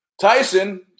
Tyson